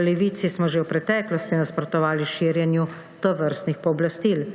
V Levici smo že v preteklosti nasprotovali širjenju tovrstnih pooblastil.